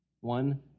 One